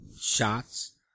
shots